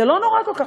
זה לא נורא כל כך,